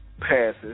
passes